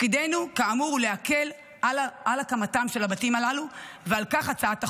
תפקידנו הוא להקל על הקמתם של הבתים הללו ועל כך הצעת החוק.